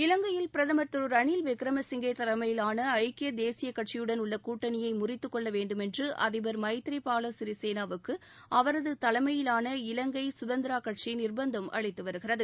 இலங்கையில் பிரதமர் திரு ரனில் விக்ரமசிங்கே தலைமயிலான ஐக்கிய தேசியக் கட்சியுடன் உள்ள கூட்டணியை முறித்துக் கொள்ள வேண்டுமென்று அதிபர் மைத்ரிபால சிறிசேனாவுக்கு அவரது தலைமையிலான இலங்கை சுதந்திரா கட்சி நிர்ப்பந்தம் அளித்து வருகிறது